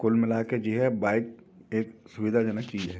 कुल मिला के जो है बाइक एक सुविधाजनक चीज़ है